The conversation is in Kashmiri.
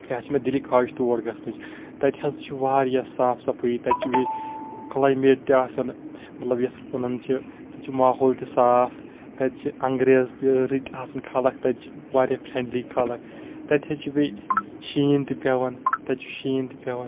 یِہ حظ چھ مےٚ دِلی خٲہِش تور گَژھنٕچ تَتہِ حظ چھِ واریاہ صاف صفٲیی تَتہِ چھِ بیٚیہِ کٕلایمیٹ تہِ آسان مطلب یَتھ وَنان چھِ تَتہِ چھِ ماحول تہِ صاف تَتہِ چھِ انٛگریز تہِ رٕتۍ آسان خلَق تَتہِ چھِ واریاہ فرٮ۪نٛڈلی خلَق تَتہِ حظ چھِ بیٚیہِ شیٖن تہِ پٮ۪وان تَتہِ چھُ شیٖن تہِ پٮ۪وان